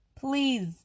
Please